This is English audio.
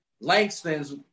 Langston's